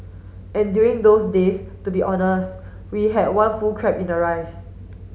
and during those days to be honest we had one full crab in the rice